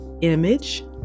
image